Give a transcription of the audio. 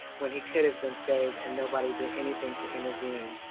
when he could have been saved, and nobody did anything to intervene.